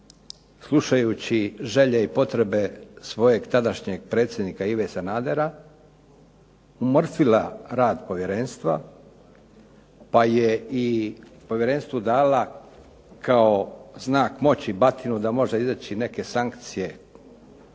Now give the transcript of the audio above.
slušajući želje i potrebe svojeg tadašnjeg predsjednika Ive Sanadera umrtvila rad povjerenstva pa je i povjerenstvu dala kao znak moći batinu da može iznaći neke sankcije